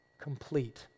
complete